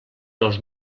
els